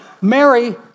Mary